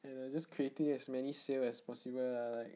and are just creating as many sale as possible lah like